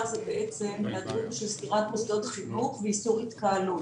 זה בעצם היעדרות בשל סגירת מוסדות החינוך ואיסור התקהלות.